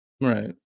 Right